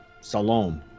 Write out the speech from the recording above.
Salome